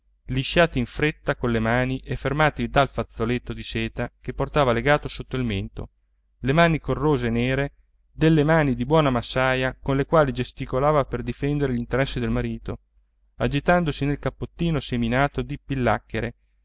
lisciati in fretta con le mani e fermati dal fazzoletto di seta che portava legato sotto il mento le mani corrose e nere delle mani di buona massaia con le quali gesticolava per difendere gli interessi del marito agitandosi nel cappottino seminato di pillacchere che